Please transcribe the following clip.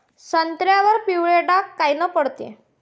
संत्र्यावर पिवळे डाग कायनं पडते?